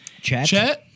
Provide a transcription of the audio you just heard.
Chet